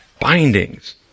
Bindings